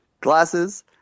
glasses